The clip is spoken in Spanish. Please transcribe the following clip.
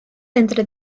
entre